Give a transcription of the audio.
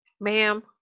Ma'am